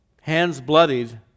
hands-bloodied